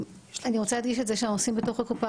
אני רוצה להדגיש את זה שאנחנו עושים בתוך הקופה